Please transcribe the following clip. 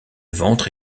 ventre